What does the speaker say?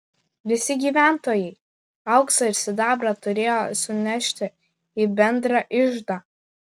visi gyventojai auksą ir sidabrą turėjo sunešti į bendrą iždą